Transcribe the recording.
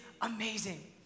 amazing